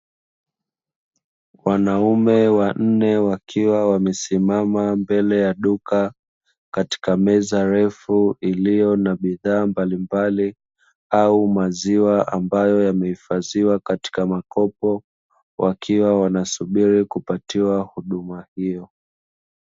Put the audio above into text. Wanaume wanne wakiwa wamesimama mbele ya duka katika meza refu iliyo na bidhaa mbalimbali au maziwa ambayo yamehifadhiwa katika makopo, wakiwa wanasubiri kupatiwa huduma hiyo.